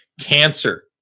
cancer